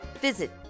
visit